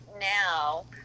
now